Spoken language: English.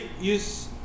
use